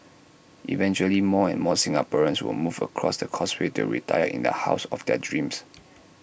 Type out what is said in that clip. eventually more and more Singaporeans will move across the causeway to retire in the house of their dreams